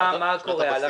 מה קורה הלאה?